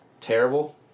terrible